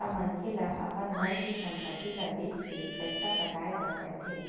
ता मनखे ल अपन घर के संपत्ति ल बेंच के पइसा पटाय बर पड़थे